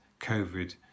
COVID